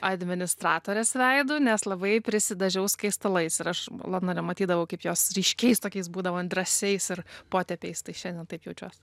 administratorės veidu nes labai prisidažiau skaistalais ir aš londone matydavau kaip jos ryškiais tokiais būdavo drąsiais potėpiais tai šiandien taip jaučiuos